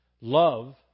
Love